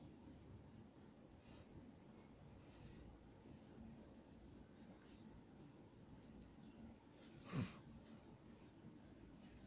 mm